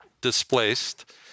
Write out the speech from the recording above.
displaced